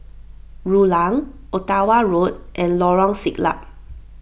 Rulang Ottawa Road and Lorong Siglap